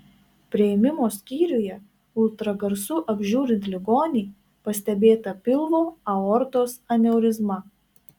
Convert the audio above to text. priėmimo skyriuje ultragarsu apžiūrint ligonį pastebėta pilvo aortos aneurizma